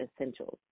essentials